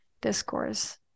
discourse